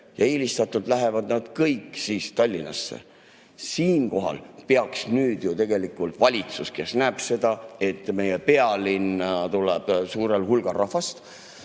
ja eelistatult lähevad nad kõik Tallinnasse. Siinkohal peaks nüüd ju tegelikult valitsus, kes näeb seda, et meie pealinna tuleb suurel hulgal rahvast